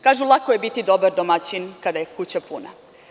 Kažu da je lako biti dobra domaćin kada je kuća puna.